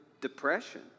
depression